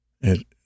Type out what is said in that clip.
It